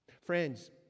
friends